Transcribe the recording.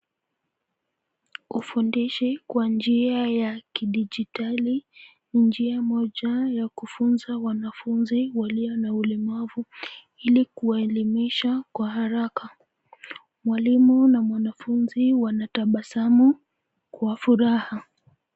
Ufundishi kwa njia ya kidijitali ni njia moja ya kufunza wanafunzi walio na ulemavu ili kuwaelimisha kwa haraka. Mwalimu na mwanafunzi wanatabasamu kwa furaha.